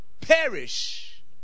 perish